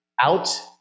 out